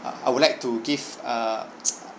uh I would like to give a